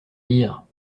dire